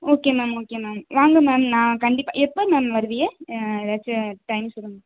okay ma'am okay ma'am வாங்க ma'am நான் கண்டிப்பாக எப்போ மேம் வருவீய ஏதாச்சும் டைம் சொல்லுங்கள்